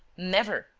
never!